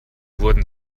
wurden